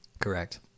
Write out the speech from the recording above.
Correct